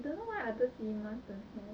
don't know why other cinemas don't have